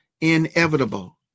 inevitable